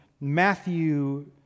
Matthew